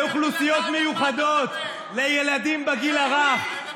לאוכלוסיות מיוחדות, לילדים בגיל הרך.